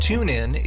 TuneIn